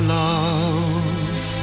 love